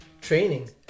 training